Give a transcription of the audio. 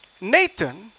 Nathan